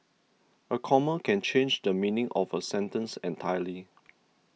a comma can change the meaning of a sentence entirely